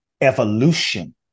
evolution